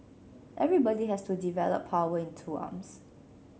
everybody has to develop power in two arms